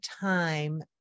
time